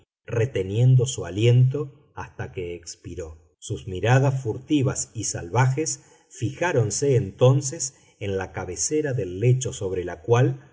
reteniendo su aliento hasta que expiró sus miradas furtivas y salvajes fijáronse entonces en la cabecera del lecho sobre la cual